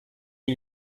you